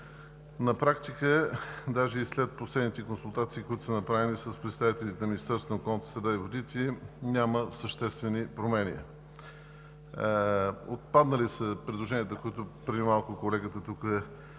на практика, даже и след последните консултации, които са направени с представители на Министерството на околната среда и водите, няма съществени промени. Отпаднали са предложенията, за които преди малко колегата